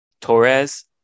Torres